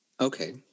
okay